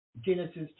Genesis